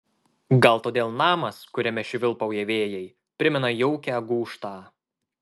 gal todėl namas kuriame švilpauja vėjai primena jaukią gūžtą